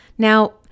Now